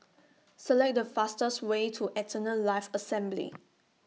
Select The fastest Way to Eternal Life Assembly